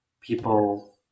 people